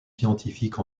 scientifiques